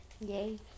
Yay